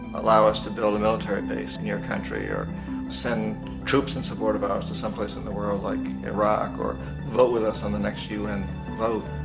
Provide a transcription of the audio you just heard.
allow us to build military base in your country, or send troops in support of ours to someplace in the world like iraq, or vote with us in um the next un vote,